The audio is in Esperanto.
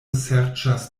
serĉas